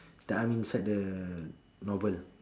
that I'm inside the novel